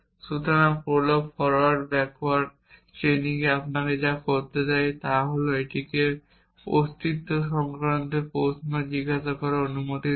সুতরাং Prolog forward backward chaining আপনাকে যা করতে দেয় তা হল এটিকে অস্তিত্ব সংক্রান্ত প্রশ্ন জিজ্ঞাসা করার অনুমতি দেয়